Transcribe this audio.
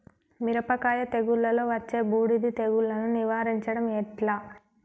మిరపకాయ తెగుళ్లలో వచ్చే బూడిది తెగుళ్లను నివారించడం ఎట్లా?